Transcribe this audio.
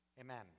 Amen